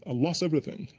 ah lost everything,